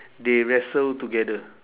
they wrestle together